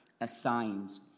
assigned